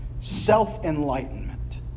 self-enlightenment